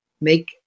make